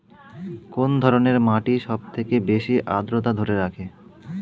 কোন ধরনের মাটি সবথেকে বেশি আদ্রতা ধরে রাখে?